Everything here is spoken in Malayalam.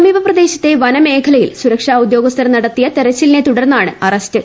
സമീപ പ്രദേശത്തെ വനമേഖലയിൽ സുരക്ഷാ ഉദ്യോഗസ്ഥർ നടത്തിയ തെരച്ചിലിനെ തുടർന്നാണ് അറസ്റ്റ്